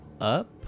up